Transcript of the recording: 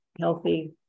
healthy